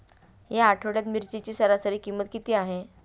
या आठवड्यात मिरचीची सरासरी किंमत किती आहे?